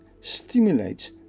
stimulates